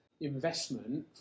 investment